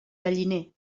galliner